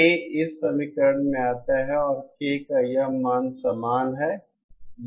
K इस समीकरण में आता है और K का यह मान समान है